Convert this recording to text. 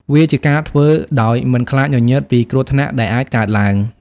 វាជាការធ្វើ ដោយមិនខ្លាចញញើតពីគ្រោះថ្នាក់ដែលអាចកើតឡើង។